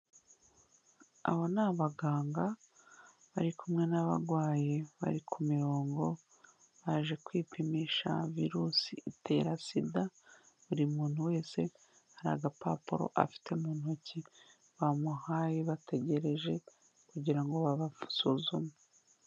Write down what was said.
Abo ni abaganga bari kumwe n'abarwayi bari ku mirongo, baje kwipimisha virusi itera Sida, buri muntu wese hari agapapuro afite mu ntoki bamuhaye bategereje kugira ngo babasuzume.